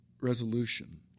resolution